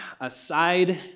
aside